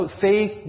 faith